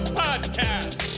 podcast